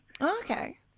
Okay